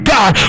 God